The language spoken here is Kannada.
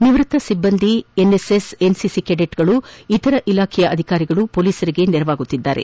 ನಿವೃತ್ತ ಿಬ್ಲಂದಿ ಎನ್ಎಸ್ಎಸ್ ಎನ್ಸಿಸಿ ಕೆಡೆಟ್ಗಳು ಇತರ ಇಲಾಖೆಯ ಅಧಿಕಾರಿಗಳು ಮೊಲೀಸರಿಗೆ ನೆರವಾಗುತ್ತಿದ್ದಾರೆ